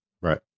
right